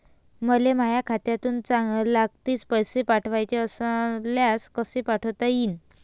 मले माह्या खात्यातून लागलीच पैसे पाठवाचे असल्यास कसे पाठोता यीन?